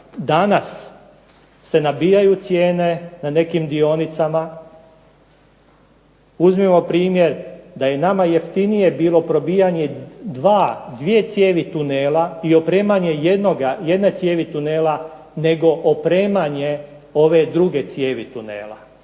danas se nabijaju cijene na nekim dionicama. Uzmimo primjer da je nama jeftinije bilo probijanje 2 cijevi tunela i opremanje jedne cijevi tunela nego opremanje ove druge cijevi tunela.